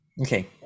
Okay